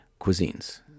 Cuisines